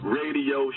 radio